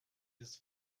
jest